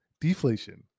deflation